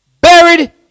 Buried